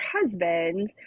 husband